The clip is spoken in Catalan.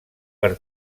per